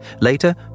Later